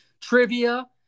trivia